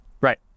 Right